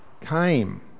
came